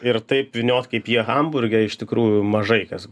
ir taip vyniot kaip jie hamburge iš tikrųjų mažai kas